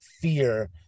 fear